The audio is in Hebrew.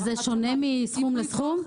וזה שונה מסכום לסכום?